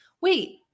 Wait